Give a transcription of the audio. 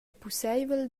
pusseivel